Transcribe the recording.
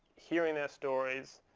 hearing their stories,